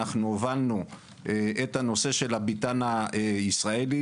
הובלנו את הביתן הישראלי,